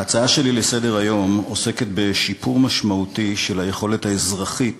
ההצעה שלי לסדר-היום עוסקת בשיפור משמעותי של היכולת האזרחית